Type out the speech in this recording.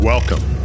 Welcome